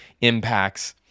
impacts